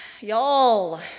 y'all